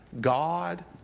God